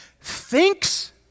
thinks